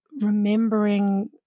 remembering